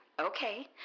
Okay